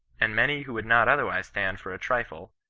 and many who would not otherwise stand for a trifle,